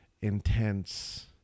intense